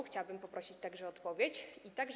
Chciałabym poprosić także o odpowiedź.